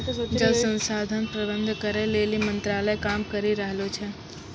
जल संसाधन प्रबंधन करै लेली मंत्रालय काम करी रहलो छै